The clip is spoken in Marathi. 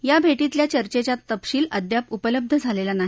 या भटींतल्या चचेंचा तपशील अद्याप उपलब्ध झालक्ती नाही